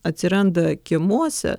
atsiranda kiemuose